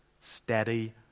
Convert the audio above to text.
Steady